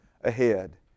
ahead